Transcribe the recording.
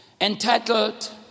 entitled